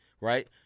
right